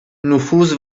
نفوذ